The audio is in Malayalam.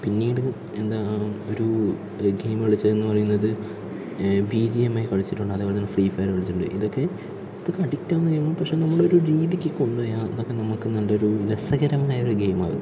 പിന്നീട് എന്താ ഒരു ഗെയിം കളിച്ചതെന്ന് പറയുന്നത് ബി ജി എം എ കളിച്ചിട്ടുണ്ട് അതുപോലെ ഫ്രീ ഫയർ കളിച്ചിട്ടുണ്ട് ഇതൊക്കെ ഇതൊക്കെ അഡിക്റ്റ് ആകുന്ന ഗെയിമാണ് പക്ഷെ നമ്മൾ ഒരു രീതിക്ക് കൊണ്ടുപോയാൽ ഇതൊക്കെ നമ്മൾക്ക് നല്ലൊരു രസകരമായ ഒരു ഗെയിമാവും